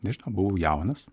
nežinau buvau jaunas